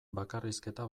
bakarrizketa